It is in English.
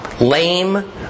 lame